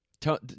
Tell